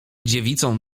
dziewicą